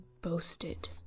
boasted